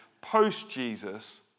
post-Jesus